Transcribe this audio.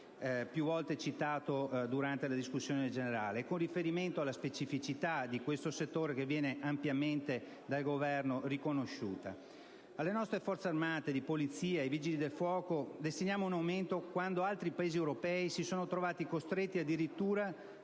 più volte citato durante la discussione generale, con riferimento alla specificità di questo settore, che viene ampiamente riconosciuta dal Governo. Alle nostre Forze armate e di polizia e ai Vigili del fuoco destiniamo un aumento quando altri Paesi europei si sono trovati costretti addirittura